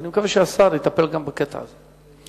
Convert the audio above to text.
ואני מקווה שהשר יטפל גם בקטע הזה.